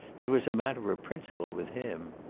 it was a matter of principle with him.